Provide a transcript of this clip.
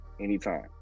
anytime